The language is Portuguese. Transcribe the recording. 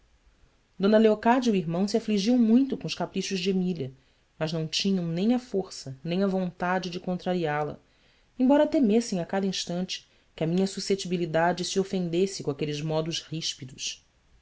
leocádia e o irmão se afligiam muito com os caprichos de emília mas não tinham nem a força nem a vontade de contrariá-la embora temessem a cada instante que a minha susceptibilidade se ofendesse com aqueles modos ríspidos